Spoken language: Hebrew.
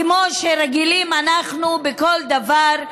כמו שרגילים אנחנו בכל דבר,